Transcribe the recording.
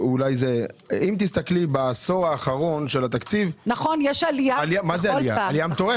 אם תסתכלי בעשור האחרון של התקציב יש עלייה מטורפת.